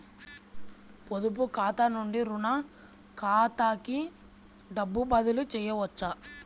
పొదుపు ఖాతా నుండీ, రుణ ఖాతాకి డబ్బు బదిలీ చేయవచ్చా?